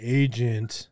agent